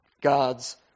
God's